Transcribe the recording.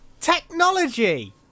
technology